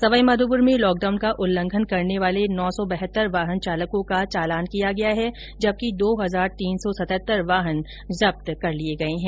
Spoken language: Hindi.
सवाईमाधोपुर में लॉकडाउन का उल्लंघन करने वाले नौ सो बहतर वाहन चालकों का चालान कियाँगया है जबकि दो हजार तीन सौ सतहतर वाहन जब्त कर लिए गए हैं